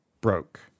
broke